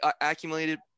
accumulated